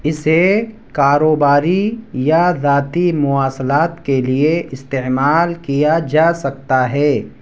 اسے کاروباری یا ذاتی مواصلات کے لیے استعمال کیا جا سکتا ہے